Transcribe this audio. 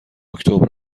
اکتبر